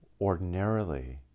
Ordinarily